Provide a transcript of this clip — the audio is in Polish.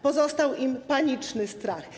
Pozostał im paniczny strach.